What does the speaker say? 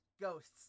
ghosts